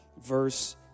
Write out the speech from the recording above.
Verse